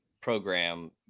program